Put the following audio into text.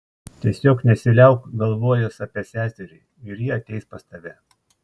tiesiog nesiliauk galvojęs apie seserį ir ji ateis pas tave